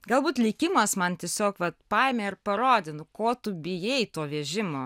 galbūt likimas man tiesiog vat paėmė ir parodė nu ko tu bijai to vežimo